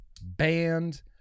band